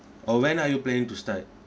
or when are you planning to start